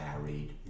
married